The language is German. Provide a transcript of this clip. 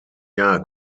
jahr